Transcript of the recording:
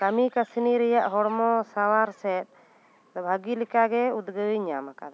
ᱠᱟᱹᱢᱤ ᱠᱟᱹᱥᱱᱤ ᱨᱮᱭᱟᱜ ᱦᱚᱲᱢᱚ ᱥᱟᱶᱟᱨ ᱥᱮᱫ ᱵᱷᱟᱹᱜᱤ ᱞᱮᱠᱟ ᱜᱮ ᱩᱫᱽᱜᱟᱹᱣ ᱤᱧ ᱧᱟᱢ ᱟᱠᱟᱫᱟ